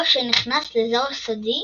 או שנכנס לאזור סודי